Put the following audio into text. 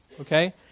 okay